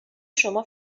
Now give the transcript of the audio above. شما